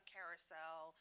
Carousel